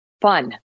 fun